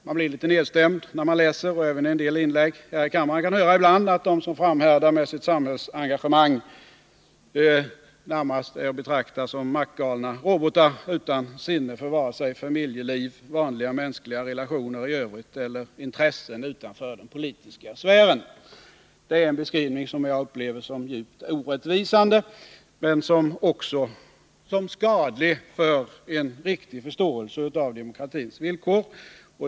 Man blir litet nedstämd när man läser — och även i en del inlägg här i kammaren ibland kan höra — att de som framhärdar i sitt samhällsengagemang närmast är att betrakta som maktgalna robotar utan sinne för vare sig familjeliv, vanliga mänskliga relationer i övrigt eller intressen utanför den politiska sfären. Det är en beskrivning som är djupt orättvis men också skadlig för en riktig förståelse för demokratins villkor.